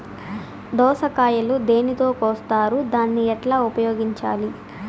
దోస కాయలు దేనితో కోస్తారు దాన్ని ఎట్లా ఉపయోగించాలి?